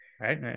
Right